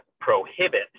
prohibit